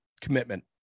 commitment